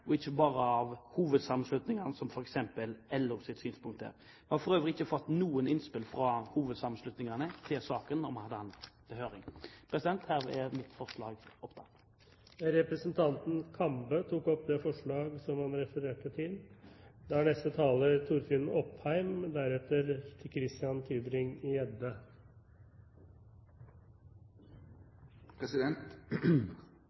og ikke bare av hovedsammenslutningene, som f.eks. LOs synspunkt der. Vi fikk for øvrig ikke noen innspill fra hovedsammenslutningene til saken da vi hadde den til høring. Herved er forslag nr. 1 opptatt. Representanten Arve Kambe har tatt opp det forslaget han refererte.